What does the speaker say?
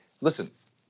listen